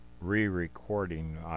re-recording